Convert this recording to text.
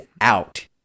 out